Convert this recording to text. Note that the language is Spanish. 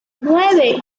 nueve